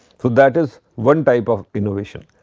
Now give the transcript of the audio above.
so, that is one type of innovation,